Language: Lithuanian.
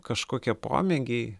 kažkokie pomėgiai